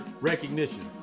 recognition